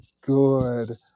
good